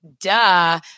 duh